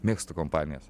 mėgstu kompanijas